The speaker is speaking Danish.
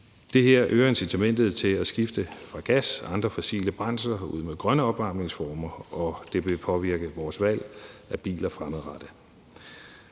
Det her øger incitamentet til at skifte gas og andre fossile brændsler ud med grønne opvarmningsformer, og det vil påvirke vores valg af biler fremadrettet.